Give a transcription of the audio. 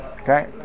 Okay